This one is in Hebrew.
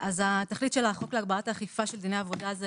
התכלית של החוק להגברת האכיפה של דיני העבודה היא